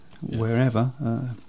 wherever